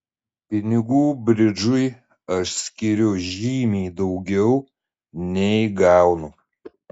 pinigų bridžui aš skiriu žymiai daugiau nei gaunu